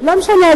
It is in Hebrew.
לא משנה,